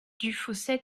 dufausset